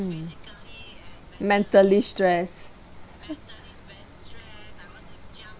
mm mentally stressed